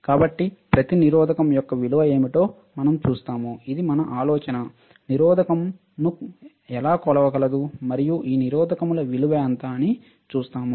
కాబట్టి ప్రతి నిరోధకo యొక్క విలువ ఏమిటో మనం చూస్తాము ఇది మన ఆలోచన నిరోధకoను ఎలా కొలవగలదు మరియు ఈ నిరోధకoల విలువ ఎంత అని చూస్తాము